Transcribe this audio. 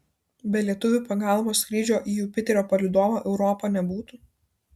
be lietuvių pagalbos skrydžio į jupiterio palydovą europą nebūtų